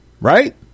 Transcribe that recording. right